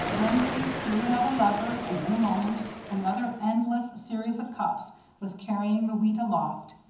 then pete threw another lever, and in a moment another endless series of cups was carrying the wheat aloft.